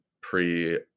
pre